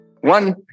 One